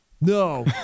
No